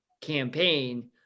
campaign